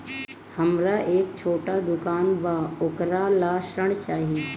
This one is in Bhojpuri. हमरा एक छोटा दुकान बा वोकरा ला ऋण चाही?